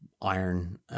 iron